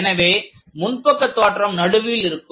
எனவே முன்பக்கத் தோற்றம் நடுவில் இருக்கும்